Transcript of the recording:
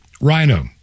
Rhino